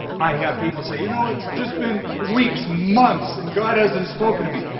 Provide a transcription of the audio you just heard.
i have people say, you know it's just been weeks months, and god hasn't spoken to me.